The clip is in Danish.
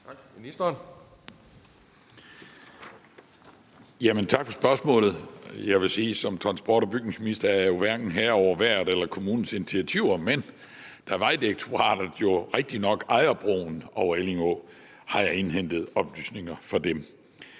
Tak for spørgsmålet. Jeg vil sige, at jeg som transport- og bygningsminister hverken er herre over vejret eller kommunens initiativer, men da Vejdirektoratet jo rigtigt nok ejer broen over Elling Å, har jeg indhentet oplysninger fra dem.